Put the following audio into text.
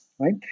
right